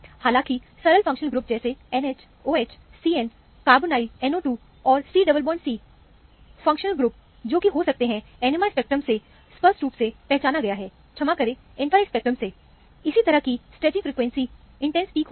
हालाँकि सरल functional group जैसे NH OH CN carbonyl NO2 और C डबल बॉन्ड C अचूक फंक्शनल ग्रुप हैं जो हो सकते हैं NMR स्पेक्ट्रा से स्पष्ट रूप से पहचाना गया क्षमा करें इंफ्रारेड स्पेक्ट्रम से इसी तरह की स्ट्रेचिंग फ्रीक्वेंसी इंटेंस पीक होंगी